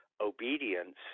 obedience